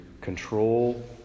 control